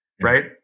Right